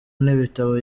n’ibitabo